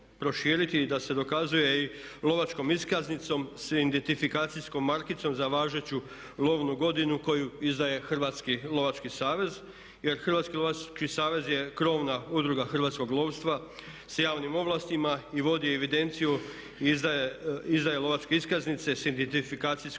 i da se dokazuje i lovačkom iskaznicom sa identifikacijskom markicom za važeću lovnu godinu koju izdaje Hrvatski lovački savez. Jer Hrvatski lovački savez je krovna udruga hrvatskog lovstva sa javnim ovlastima i vodi evidenciju, izdaje lovačke iskaznice sa identifikacijom